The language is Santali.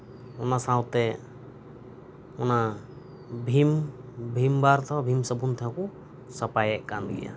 ᱚᱱᱟ ᱥᱟᱶᱛᱮ ᱚᱱᱟ ᱵᱷᱤᱢ ᱵᱷᱤᱢ ᱵᱟᱨ ᱛᱮᱦᱚᱸ ᱵᱷᱤᱢ ᱥᱟᱵᱚᱱ ᱛᱮᱦᱚᱸ ᱠᱚ ᱥᱟᱯᱷᱟᱭᱮᱫ ᱠᱟᱱ ᱜᱮᱭᱟ